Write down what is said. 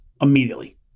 immediately